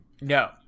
No